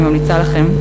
אני ממליצה לכם,